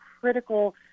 critical